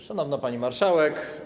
Szanowna Pani Marszałek!